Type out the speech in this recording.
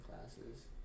classes